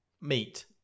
Meat